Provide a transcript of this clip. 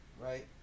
right